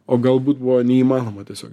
o galbūt buvo neįmanoma tiesiog